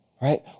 Right